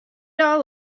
all